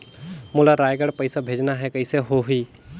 मोला रायगढ़ पइसा भेजना हैं, कइसे होही?